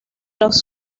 las